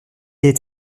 est